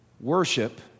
worship